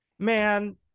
Man